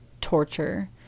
torture